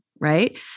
Right